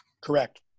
Correct